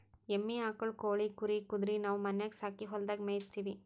ಎಮ್ಮಿ ಆಕುಳ್ ಕೋಳಿ ಕುರಿ ಕುದರಿ ನಾವು ಮನ್ಯಾಗ್ ಸಾಕಿ ಹೊಲದಾಗ್ ಮೇಯಿಸತ್ತೀವಿ